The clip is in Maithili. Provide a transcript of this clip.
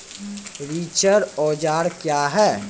रिचर औजार क्या हैं?